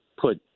put